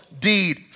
deed